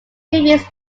previous